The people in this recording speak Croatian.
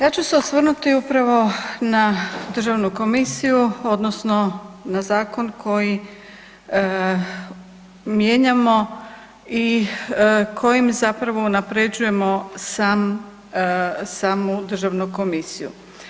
Ja ću se osvrnuti upravo na Državnu komisiju odnosno na zakon koji mijenjamo i kojim se zapravo unaprjeđujemo samu Državnu komisiju.